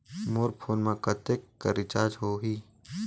मोर phone मा कतेक कर रिचार्ज हो ही?